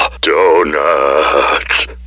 Donuts